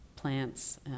plants